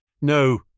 No